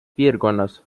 piirkonnas